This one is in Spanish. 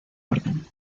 orden